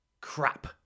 Crap